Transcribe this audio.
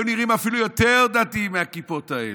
והיו נראים אפילו יותר דתיים מהכיפות האלה.